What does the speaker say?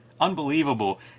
unbelievable